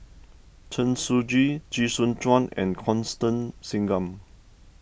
Chen Shiji Chee Soon Juan and Constance Singam